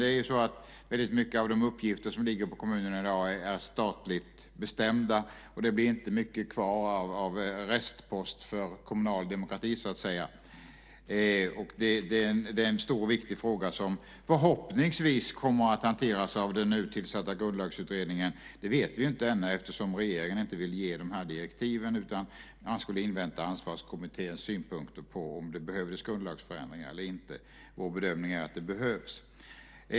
Det är ju så att väldigt många av de uppgifter som ligger på kommunerna i dag är statligt bestämda, och det blir inte mycket kvar av restpost för kommunal demokrati, så att säga. Det är en stor och viktig fråga som förhoppningsvis kommer att hanteras av den nu tillsatta Grundlagsutredningen. Det vet vi ju inte än eftersom regeringen inte vill ge de här direktiven. Man skulle invänta Ansvarskommitténs synpunkter på om det behövdes grundlagsförändringar eller inte. Vår bedömning är att det behövs.